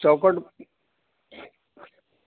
چوکھٹ